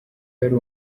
yari